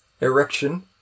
erection